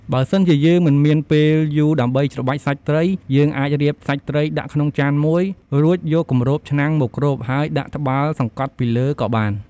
បើសិនជាយើងមិនមានពេលយូរដើម្បីច្របាច់សាច់ត្រី យើងអាចរៀបសាច់ត្រីដាក់ក្នុងចានមួយ រួចយកគម្របឆ្នាំងមកគ្រប ហើយដាក់ត្បាល់សង្កត់ពីលើក៏បាន។